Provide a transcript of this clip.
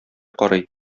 карый